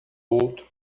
outro